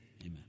Amen